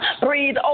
breathe